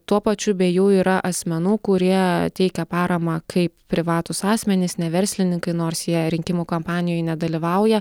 tuo pačiu be jų yra asmenų kurie teikia paramą kaip privatūs asmenys ne verslininkai nors jie rinkimų kampanijoj nedalyvauja